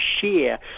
share